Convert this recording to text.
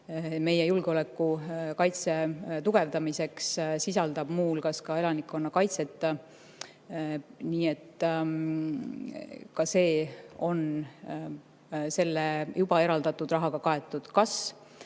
meie julgeoleku ja kaitse tugevdamiseks, sisaldab muu hulgas elanikkonnakaitset. Nii et ka see on juba eraldatud rahaga kaetud. Kas